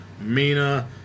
Mina